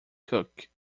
cook